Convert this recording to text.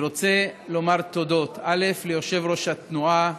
אני רוצה לומר תודות, ליושב-ראש התנועה